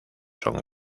son